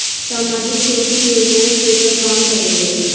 सामाजिक क्षेत्र की योजनाएं केगा काम करेले?